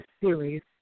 series